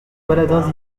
baladins